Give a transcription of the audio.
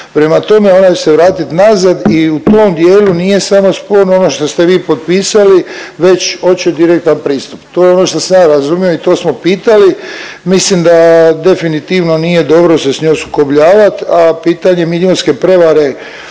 Prema tome ona će se vratit nazad i u tom dijelu nije samo sporno ono što ste vi potpisali već hoće direktan pristup. To je ono što sam ja razumio i to smo pitali. Mislim da definitivno nije dobro se s njom sukobljavat, a pitanje milijunske prevare